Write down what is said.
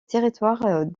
territoire